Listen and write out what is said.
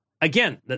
Again